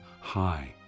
high